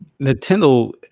Nintendo